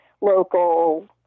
local